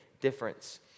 difference